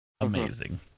Amazing